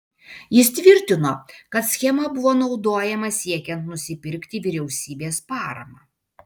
jis tvirtino kad schema buvo naudojama siekiant nusipirkti vyriausybės paramą